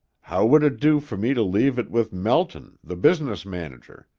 how would it do for me to leave it with melton, the business manager?